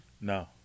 No